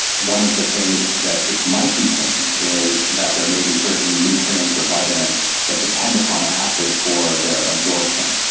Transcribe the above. one of the things that it might be changed is that there may be certain nutrients or vitamins that depend upon acid for their absorption.